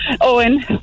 Owen